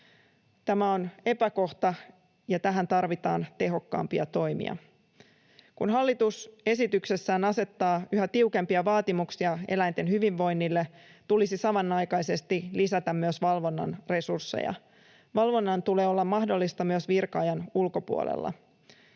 Tämä on epäkohta, ja tähän tarvitaan tehokkaampia toimia. Kun hallitus esityksessään asettaa yhä tiukempia vaatimuksia eläinten hyvinvoinnille, tulisi samanaikaisesti lisätä myös valvonnan resursseja. Valvonnan tulee olla mahdollista myös virka-ajan ulkopuolella.